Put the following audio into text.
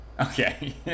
Okay